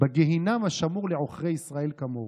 בגיהינום השמור לעוכרי ישראל כמוהו,